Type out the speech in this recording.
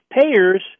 payers